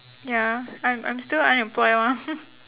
ya I'm I'm still unemployed lor